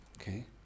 Okay